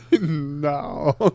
No